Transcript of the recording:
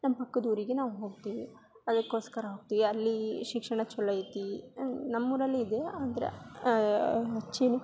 ನಮ್ಮ ಪಕ್ಕದ ಊರಿಗೆ ನಾವು ಹೋಗ್ತೀವಿ ಅದಕ್ಕೋಸ್ಕರ ಹೋಗ್ತೀವಿ ಅಲ್ಲಿ ಶಿಕ್ಷಣ ಚಲೋ ಐತಿ ನಮ್ಮೂರಲ್ಲಿ ಇದೆ ಆದರೆ ಹೆಚ್ಚೇನು